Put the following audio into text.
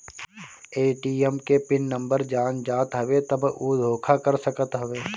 ATM के pin number जान जात हवे तब उ धोखा कर सकत हवे